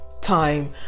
time